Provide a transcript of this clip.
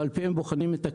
ועל פיהם בוחנים את הקטעים.